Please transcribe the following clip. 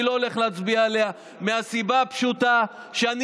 אני לא הולך להצביע עליה מהסיבה הפשוטה שאני